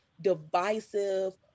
divisive